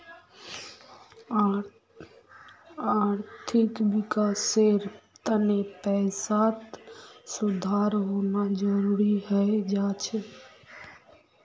आर्थिक विकासेर तने पैसात सुधार होना जरुरी हय जा छे